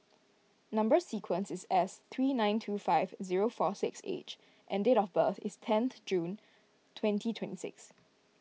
Number Sequence is S three nine two five zero four six H and date of birth is tenth June twenty twenty six